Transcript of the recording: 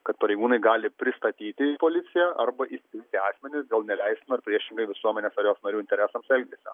kad pareigūnai gali pristatyti į policiją arba iįspėti asmenis dėl neleistino ar priešingai visuomenės ar jos narių interesams elgesio